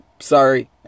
sorry